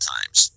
Times